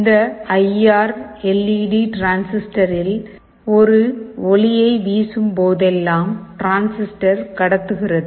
இந்த IR LED டிரான்சிஸ்டரில் ஒரு ஒளியை வீசும் போதெல்லாம் டிரான்சிஸ்டர் கடத்துகிறது